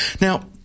Now